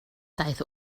daeth